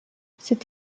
cette